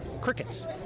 Crickets